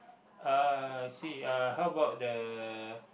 ah I see how about the